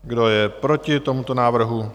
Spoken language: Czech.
Kdo je proti tomuto návrhu?